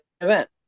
event